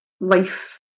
life